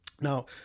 now